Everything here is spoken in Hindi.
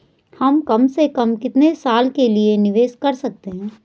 हम कम से कम कितने साल के लिए निवेश कर सकते हैं?